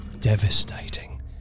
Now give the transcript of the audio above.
devastating